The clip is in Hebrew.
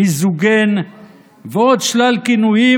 מיזוגן ועוד שלל כינויים.